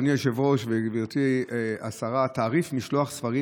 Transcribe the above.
אדוני היושב-ראש וגברתי השרה: תעריף משלוח ספרים